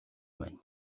байна